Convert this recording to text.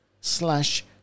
slash